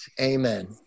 amen